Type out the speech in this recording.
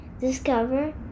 discover